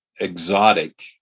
exotic